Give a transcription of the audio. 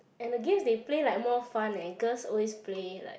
and the games they play like more fun leh and girls always play like